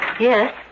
Yes